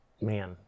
man